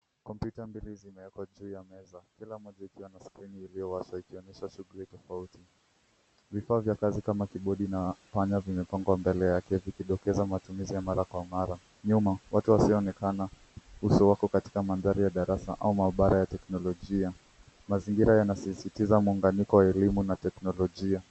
Kompyuta mbili zimewekwa juu ya meza kila moja ikiwa na skrini iliyo wazi ikionyesha shughuli tofauti. Vifaa vya kazi kama kibodi na panya vimepangwa mbele yake vikidokeza matumizi ya mara kwa mara. Nyuma, watu wasioonekana uso wako katika mandhari ya darasa au maabara ya teknolojia. Mazingira yanasisitiza muunganiko wa elimu na teknolojia.